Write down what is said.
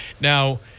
Now